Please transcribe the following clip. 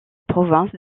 province